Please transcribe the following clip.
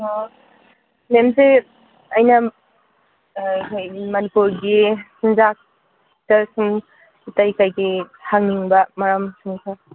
ꯑꯣ ꯃꯦꯝꯁꯤ ꯑꯩꯅ ꯑꯥ ꯑꯩꯈꯣꯏ ꯃꯅꯤꯄꯨꯔꯒꯤ ꯆꯤꯟꯖꯥꯛꯇ ꯁꯨꯝ ꯑꯇꯩ ꯀꯔꯤ ꯀꯔꯤ ꯍꯪꯅꯤꯡꯕ ꯃꯔꯝꯁꯤꯡ ꯈꯔ